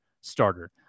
starter